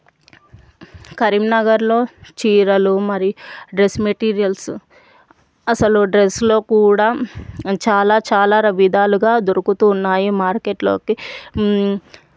కరీంనగర్లో చీరలు మరీ డ్రస్ మెటీరియల్స్ అసలు డ్రస్లో కూడా చాలా చాలా విధాలుగా దొరుకుతున్నాయి మార్కెట్లోకి